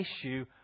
issue